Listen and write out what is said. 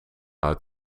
uit